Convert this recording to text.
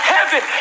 Heaven